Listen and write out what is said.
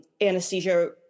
anesthesia